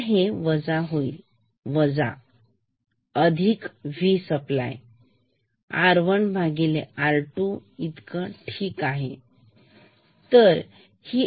तर हे वजा होईल वजा वजा अधिक अधिक V सप्लाय R1 भागिले R2 ठीक आहे